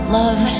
love